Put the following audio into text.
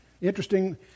Interesting